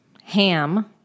ham